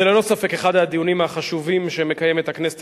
זה ללא ספק אחד הדיונים החשובים שמקיימת הכנסת